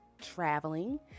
traveling